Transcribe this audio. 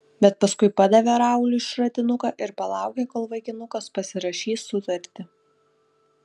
bet paskui padavė rauliui šratinuką ir palaukė kol vaikinukas pasirašys sutartį